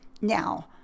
Now